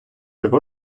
всього